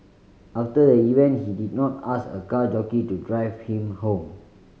after the event he did not ask a car jockey to drive him home